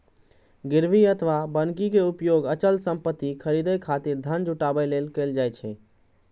गिरवी अथवा बन्हकी के उपयोग अचल संपत्ति खरीदै खातिर धन जुटाबै लेल कैल जाइ छै